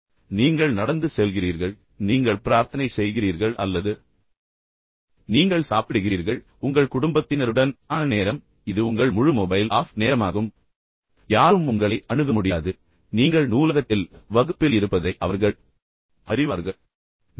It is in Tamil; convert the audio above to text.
ஏனென்றால் நீங்கள் நடந்து செல்கிறீர்கள் அல்லது நீங்கள் பிரார்த்தனை செய்கிறீர்கள் அல்லது நீங்கள் சாப்பிடுகிறீர்கள் அல்லது உங்கள் குடும்பத்தினருடன் ஆன நேரம் அல்லது இது உங்கள் முழு மொபைல் ஆஃப் நேரமாகும் யாரும் உங்களை அணுக முடியாது அல்லது நீங்கள் நூலகத்தில் இருப்பதை அவர்கள் அறிவார்கள் அல்லது நீங்கள் வகுப்பில் இருப்பதை அவர்கள் அறிவார்கள்